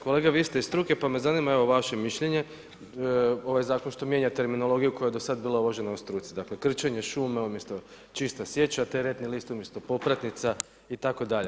Kolega vi ste iz struke pa me zanima evo vaše mišljenje, ovaj zakon što mijenja terminologiju koja je do sada bila uvažena u struci, dakle krčenje šumu, umjesto čista sječa, teretni list umjesto popratnica itd.